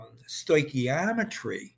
stoichiometry